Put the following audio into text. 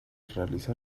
realizar